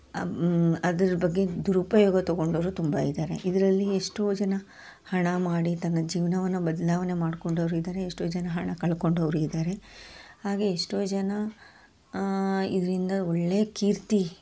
ಅದರ ಬಗ್ಗೆ ದುರುಪಯೋಗ ತೊಗೊಂಡವರೂ ತುಂಬ ಇದ್ದಾರೆ ಇದರಲ್ಲಿ ಎಷ್ಟೋ ಜನ ಹಣ ಮಾಡಿ ತನ್ನ ಜೀವನವನ್ನ ಬದ್ಲಾವಣೆ ಮಾಡ್ಕೊಂಡವರೂ ಇದ್ದಾರೆ ಎಷ್ಟೋ ಜನ ಹಣ ಕಳ್ಕೊಂಡವರೂ ಇದ್ದಾರೆ ಹಾಗೆ ಎಷ್ಟೋ ಜನ ಇದರಿಂದ ಒಳ್ಳೆಯ ಕೀರ್ತಿ